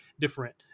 different